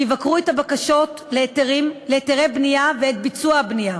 שיבקרו את הבקשות להיתרי בנייה ואת ביצוע הבנייה